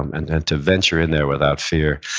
um and and to venture in there without fear,